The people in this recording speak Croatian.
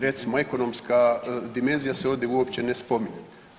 Recimo ekonomska dimenzija se ovdje uopće ne spominje.